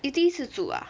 你第一次煮 ah